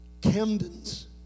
Camden's